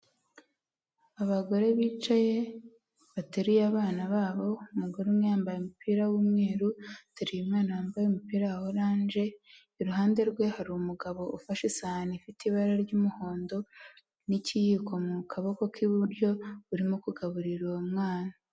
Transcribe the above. Abagore bicaye bateruye abana babo umugore umwe yambaye umupira w'umweru ateruye umwana wambaye umupira wa oranje, iruhande rwe hari umugabo ufashe isahani ifite ibara ry'umuhondo n'ikiyiko mu kaboko k'iburyo urimo kugaburira uwo mwana.